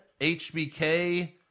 HBK